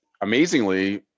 amazingly